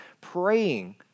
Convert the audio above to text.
praying